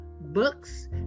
books